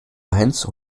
eins